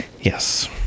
yes